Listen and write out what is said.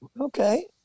Okay